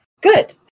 Good